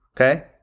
Okay